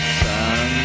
sun